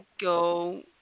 go